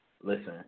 listen